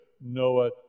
Noah